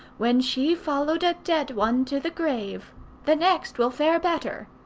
when she followed a dead one to the grave the next will fare better.